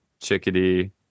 chickadee